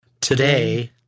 Today